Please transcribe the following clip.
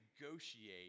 negotiate